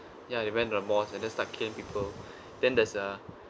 ya he went to the mosque and then start killing people then there's a